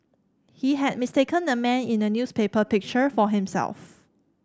he had mistaken the man in the newspaper picture for himself